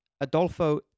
Adolfo